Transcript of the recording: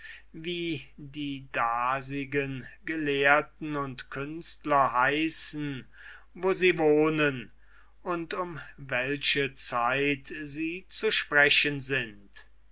wie die dasigen gelehrten und künstler heißen wo sie wohnen und um welche zeit sie zu sprechen sind